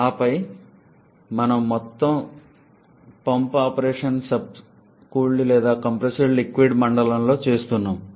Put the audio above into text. ఆపై మనము మొత్తం పంప్ ఆపరేషన్ను సబ్ కూల్డ్ లేదా కంప్రెస్డ్ లిక్విడ్ మండలంలో చేస్తున్నాము